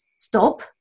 stop